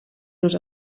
los